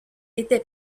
était